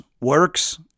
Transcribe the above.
works